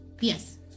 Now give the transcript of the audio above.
Yes